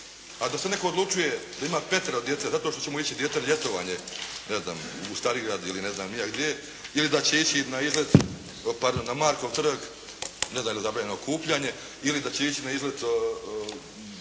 A da se netko odlučuje da ima petero djece zato što će mu dijete ići na ljetovanje, ne znam u Stari Grad ili ne znam ni ja gdje ili da će ići na izlet na Markov trg gdje je nedavno zabranjeno okupljanje ili da će ići na izlet da vidi